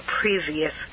previous